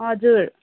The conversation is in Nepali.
हजुर